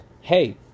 hey